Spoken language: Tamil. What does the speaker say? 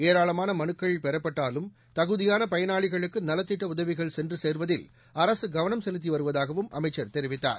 ஏராளமான மனுக்கள் பெறப்பட்டாலும் தகுதியான பயனாளிகளுக்கு நலத்திட்ட உதவிகள் சென்று சேருவதில் அரசு கவனம் செலுத்துவதாகவும் அமைச்சர் தெரிவித்தார்